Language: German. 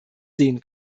sehen